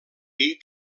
dir